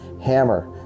hammer